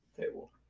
table